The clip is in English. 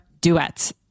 Duets